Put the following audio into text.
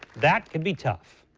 that could be tough.